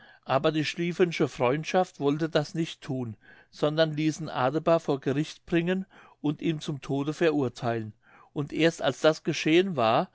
aber die schlieffensche freundschaft wollte das nicht thun sondern ließen adebar vor gericht bringen und ihn zum tode verurtheilen und erst als das geschehen war